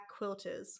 quilters